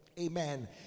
Amen